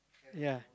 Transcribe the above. ya